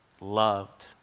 loved